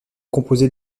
composé